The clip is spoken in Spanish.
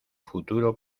futuro